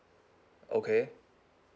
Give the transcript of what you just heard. okay